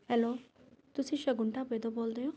hello ਤੁਸੀ ਸ਼ਗੁਨ ਢਾਬੇ ਤੋਂ ਬੋਲਦੇ ਹੋ